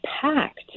packed